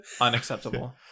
unacceptable